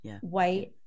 white